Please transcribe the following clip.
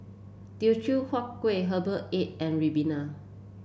Teochew Huat Kueh Herbal Egg and ribena